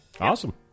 Awesome